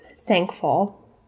thankful